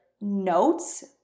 notes